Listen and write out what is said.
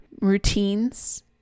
routines